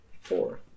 four